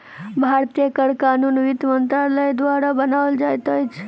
भारतीय कर कानून वित्त मंत्रालय द्वारा बनाओल जाइत अछि